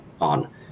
on